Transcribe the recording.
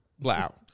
Wow